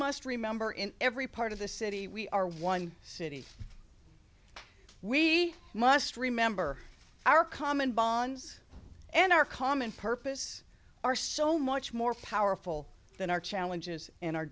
must remember in every part of the city we are one city we must remember our common bonds and our common purpose are so much more powerful than our challenges and our